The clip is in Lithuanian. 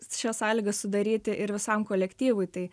šias sąlygas sudaryti ir visam kolektyvui tai